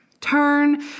Turn